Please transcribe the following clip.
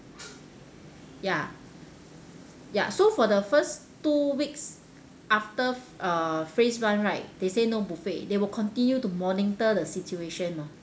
ya ya so for the first two weeks after uh phase one right they say no buffet they will continue to monitor the situation lor